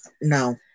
No